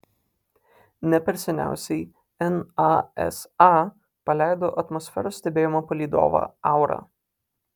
ne per seniausiai nasa paleido atmosferos stebėjimo palydovą aura